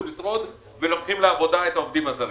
לשרוד ולוקחים לעבודה את העובדים הזרים.